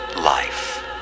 life